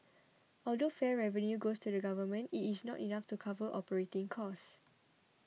although fare revenue goes to the Government it is not enough to cover operating costs